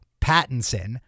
Pattinson